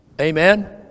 Amen